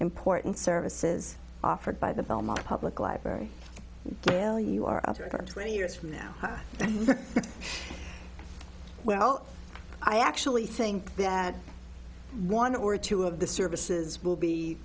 important services offered by the belmont public library gail you are under twenty years from now well i actually think that one or two of the services will be